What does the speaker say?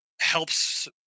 helps